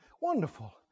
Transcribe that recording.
wonderful